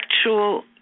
actual